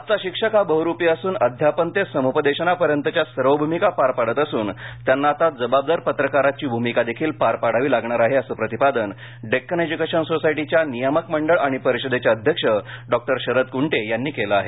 आजचा शिक्षक हा बहरूपी असून अध्यापन ते सम्पदेशनापर्यंतच्या सर्व भूमिका पार पाडत असून त्यांना आता जबाबदार पत्रकाराची भूमिकादेखील पार पाडावी लागणार आहे असं प्रतिपादन डेक्कन एज्युकेशन सोसायटीच्या नियामक मंडळ आणि परिषदेचे अध्यक्ष डॉक्टर शरद कुंटे यांनी केल आहे